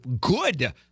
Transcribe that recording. good